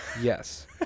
Yes